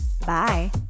bye